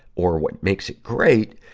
or what makes it great,